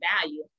value